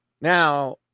Now